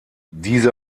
diese